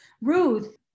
Ruth